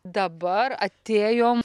dabar atėjom